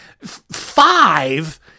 five